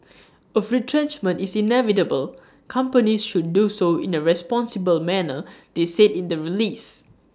of retrenchment is inevitable companies should do so in A responsible manner they said in the release